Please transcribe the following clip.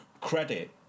credit